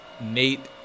Nate